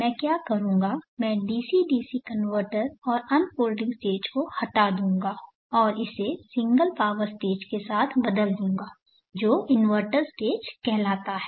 मैं क्या करूंगा मैं डीसी डीसी कनवर्टर और अनफ़ॉल्डिंग स्टेज को हटा दूंगा और इसे सिंगल पॉवर स्टेज के साथ बदल दूंगा जो इन्वर्टर स्टेज कहलाता है